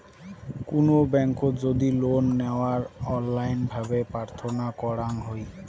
কুনো ব্যাংকোত যদি লোন নেওয়ার অনলাইন ভাবে প্রার্থনা করাঙ হই